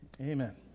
amen